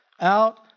out